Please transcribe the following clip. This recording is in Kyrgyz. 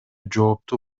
жоопту